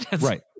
right